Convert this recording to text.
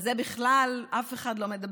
על זה אף אחד בכלל לא מדבר,